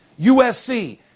USC